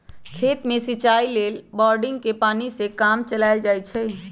खेत में सिचाई लेल बोड़िंगके पानी से काम चलायल जाइ छइ